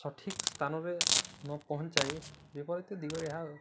ସଠିକ୍ ସ୍ଥାନରେ ନ ପହଞ୍ଚାଇ ବିପରୀତ ଦିଗ ଏହା